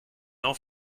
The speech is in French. n’en